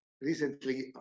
Recently